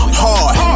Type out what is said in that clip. hard